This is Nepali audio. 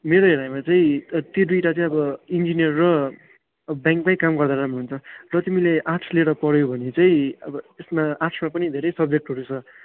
मेरो हेराइमा चाहिँ त्यो दुइवटा चाहिँ अब इन्जिनियर र अब ब्याङ्कमै काम गर्दा राम्रो हुन्छ र तिमीले आर्ट्स लिएर पढ्यौ भने चाहिँ अब यसमा आर्ट्समा पनि धेरै सब्जेक्टहरू छ